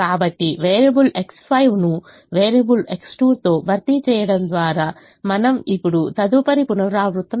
కాబట్టి variable X5 ను variable X2 తో భర్తీ చేయడం ద్వారా మనం ఇప్పుడు తదుపరి పునరావృతం చేయవచ్చు